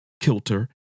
kilter